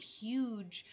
huge